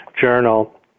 Journal